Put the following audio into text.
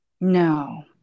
No